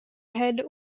head